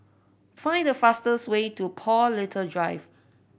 find the fastest way to Paul Little Drive